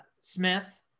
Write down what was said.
Smith